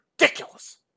ridiculous